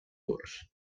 curts